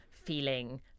feeling